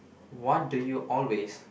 what do you always